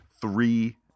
three